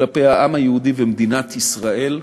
כלפי העם היהודי ומדינת ישראל,